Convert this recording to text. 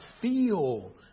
feel